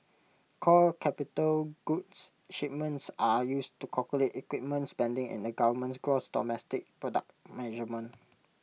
core capital goods shipments are used to calculate equipment spending in the government's gross domestic product measurement